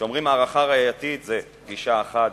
כשאומרים "הערכה ראייתית" זו פגישה אחת,